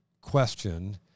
question